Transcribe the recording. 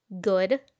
good